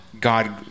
God